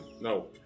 No